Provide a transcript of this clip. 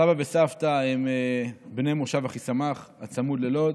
סבא וסבתא הם בני מושב אחיסמך, הצמוד ללוד.